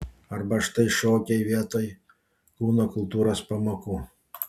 arba štai šokiai vietoj kūno kultūros pamokų